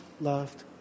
loved